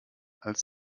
als